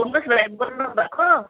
Thomas भाइ बोल्नु भएको